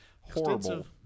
horrible